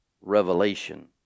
revelation